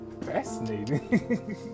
fascinating